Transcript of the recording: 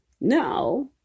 Now